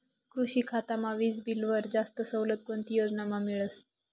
कृषी खातामा वीजबीलवर जास्त सवलत कोणती योजनामा मिळस?